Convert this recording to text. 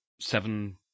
seven